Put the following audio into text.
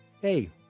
Hey